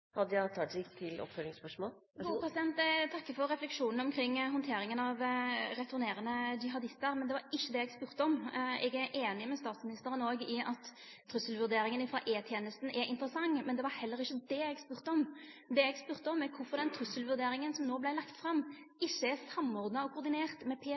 Eg takkar for refleksjonane omkring handteringa av returnerande jihadistar, men det var ikkje det eg spurde om. Eg er òg einig med statsministeren i at trusselvurderinga frå E-tenesta er interessant, men det var heller ikkje det eg spurde om. Det eg spurde om, var kvifor den trusselvurderinga som no vart lagd fram, ikkje er samordna og koordinert med